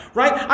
right